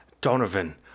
Donovan